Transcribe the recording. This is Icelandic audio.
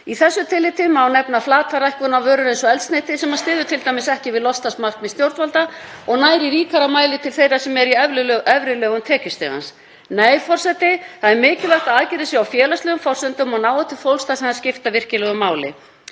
Í þessu tilliti má nefna flata lækkun á vörur eins og eldsneyti sem styður t.d. ekki við loftslagsmarkmið stjórnvalda og nær í ríkari mæli til þeirra sem eru í efri lögum tekjustigans. Nei, forseti. Það er mikilvægt að aðgerðir séu á félagslegum forsendum og nái til fólks þar sem þær skipta virkilega máli.